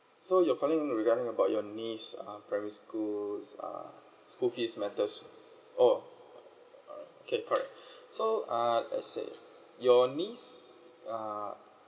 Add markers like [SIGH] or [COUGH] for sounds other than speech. so you're calling regarding about your niece uh primary school uh school's fees matters oh alright okay correct [BREATH] so uh let's say your niece uh